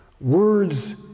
Words